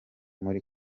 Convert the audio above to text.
muri